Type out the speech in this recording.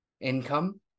income